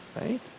right